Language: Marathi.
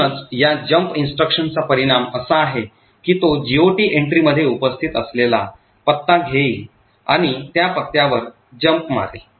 म्हणूनच या jump instruction चा परिणाम असा आहे की तो GOT एंट्रीमध्ये उपस्थित असलेला पत्ता घेईल आणि त्या पत्त्यावर jump मारेल